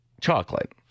Chocolate